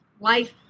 life